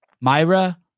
Myra